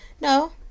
No